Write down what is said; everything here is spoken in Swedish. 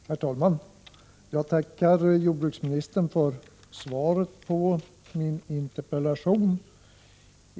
Herr talman! Jag tackar jordbruksministern för svaret på min interpellation.